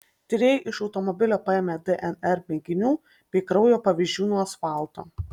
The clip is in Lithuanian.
tyrėjai iš automobilio paėmė dnr mėginių bei kraujo pavyzdžių nuo asfalto